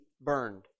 burned